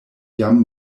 jam